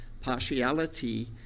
partiality